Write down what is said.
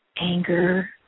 anger